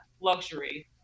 luxury